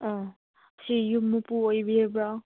ꯑꯥ ꯁꯤ ꯌꯨꯝ ꯃꯄꯨ ꯑꯣꯏꯕꯤꯔꯕ꯭ꯔꯣ